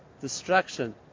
destruction